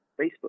Facebook